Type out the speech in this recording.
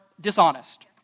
dishonest